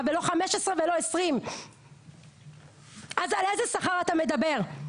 ולא 15 ולא 20. אז על איזה שכר אתה מדבר?